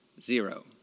Zero